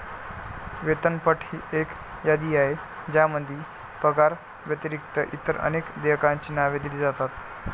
वेतनपट ही एक यादी आहे ज्यामध्ये पगाराव्यतिरिक्त इतर अनेक देयकांची नावे दिली जातात